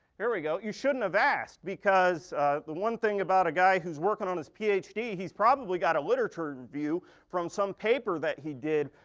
here we go, you shouldn't have asked because the one thing about a guy who is working on his ph d, he's probably got a literature review from some paper that he did,